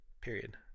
period